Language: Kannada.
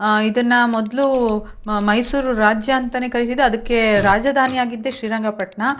ಇದನ್ನ ಮೊದಲೂ ಮೈಸೂರು ರಾಜ್ಯ ಅಂತಲೇ ಕರೀತಿದ್ರು ಅದಕ್ಕೆ ರಾಜಧಾನಿ ಆಗಿದ್ದೇ ಶ್ರೀರಂಗಪಟ್ಟಣ